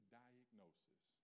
diagnosis